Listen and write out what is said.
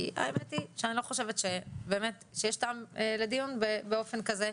כי האמת שאני לא חושבת שיש טעם לדיון באופן כזה,